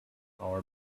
our